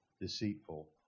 deceitful